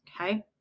Okay